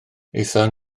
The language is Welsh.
aethon